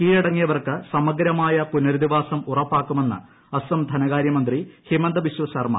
കീഴടങ്ങിയവർക്ക് സമഗ്രമായ പുനരധി വാസം ഉറപ്പാക്കുമെന്ന് അസ്സം ധന്നകാര്യമന്ത്രി ഹിമന്ദ ബിസ്വാ ശർമ്മ പറഞ്ഞു